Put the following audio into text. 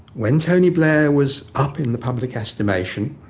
when tony blair was up in the public estimation,